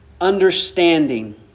understanding